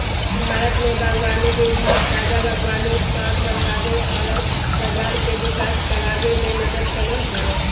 भारत में बागवानी विभाग ताजा बागवानी उत्पाद बढ़ाबे औरर बाजार के विकास कराबे में मदद करो हइ